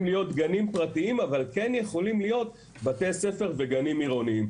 להיות גנים פרטיים אבל כן יכולים להיות בתי ספר וגנים עירוניים.